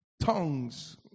tongues